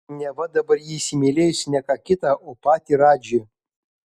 neva dabar ji įsimylėjusi ne ką kitą o patį radžį